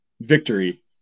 victory